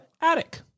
Attic